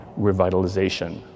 revitalization